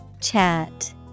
Chat